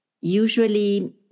usually